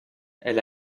elle